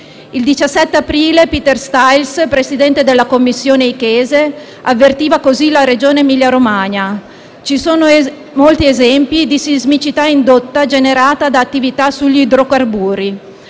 Il 17 aprile Peter Styles, Presidente della Commissione ICHESE, avvertiva così la Regione Emilia-Romagna: «Ci sono molti esempi di sismicità indotta generata da attività sugli idrocarburi.